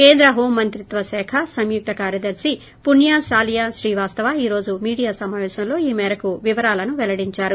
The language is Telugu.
కేంద్ర హోం మంత్రిత్వ శాఖ సంయుక్త కార్యదర్తి పుణ్య సాలియా శ్రీవాస్తవ ఈ రోజు మీడియా సమవేశంలో ఈ మేరకు వివరాలను పెల్లడిందారు